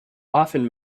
often